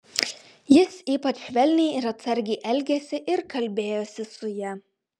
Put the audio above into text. jis ypač švelniai ir atsargiai elgėsi ir kalbėjosi su ja